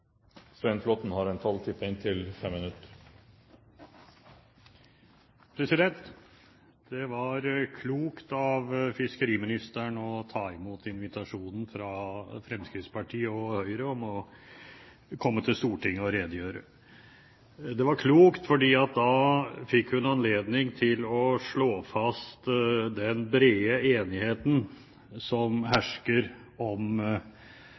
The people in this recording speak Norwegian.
Det var klokt av fiskeriministeren å ta imot invitasjonen fra Fremskrittspartiet og Høyre om å komme til Stortinget og redegjøre. Det var klokt fordi hun da fikk anledning til å slå fast den brede enigheten som hersker om